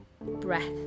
breath